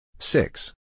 Six